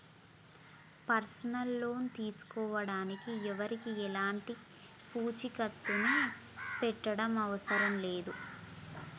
personal loan తీసుకోడానికి ఎవరికీ ఎలాంటి పూచీకత్తుని పెట్టనవసరం లేదు